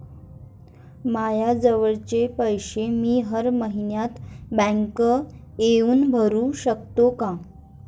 मायाजवळचे पैसे मी हर मइन्यात बँकेत येऊन भरू सकतो का?